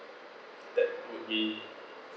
that will be